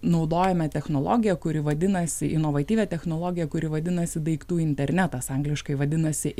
naudojame technologiją kuri vadinasi inovatyvią technologiją kuri vadinasi daiktų internetas angliškai vadinasi